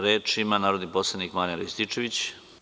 Reč ima narodni poslanik Marijan Rističević.